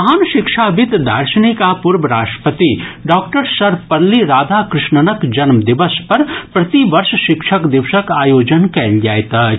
महान शिक्षाविद दार्शनिक आ पूर्व राष्ट्रपति डॉक्टर सर्वपल्ली राधाकृष्णनक जन्म दिवस पर प्रति वर्ष शिक्षक दिवसक आयोजन कयल जाइत अछि